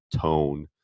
tone